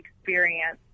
experience